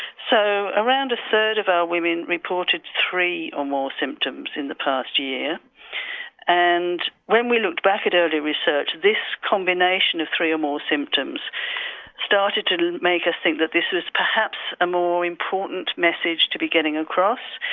so around a third of our women reported three or more symptoms in the past year and when we looked back at early research this combination of three or more symptoms started to make us think that this is perhaps a more important message to be getting across.